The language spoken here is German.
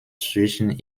zwischen